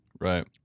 Right